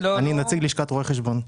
נציג לשכת רואי חשבון.